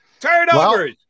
Turnovers